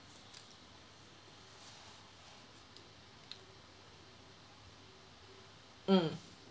mm